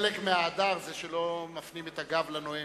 חלק מההדר זה שלא מפנים את הגב לנואם.